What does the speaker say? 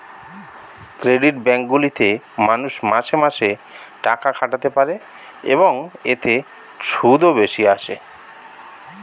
credit bank গুলিতে মানুষ মাসে মাসে টাকা খাটাতে পারে, এবং এতে সুদও বেশি আসে